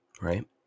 right